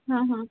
हां हां